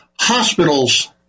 Hospitals